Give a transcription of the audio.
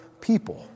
people